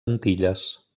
antilles